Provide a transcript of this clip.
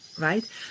right